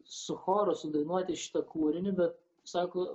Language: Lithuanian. su choru sudainuoti šitą kūrinį bet sako